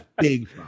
Big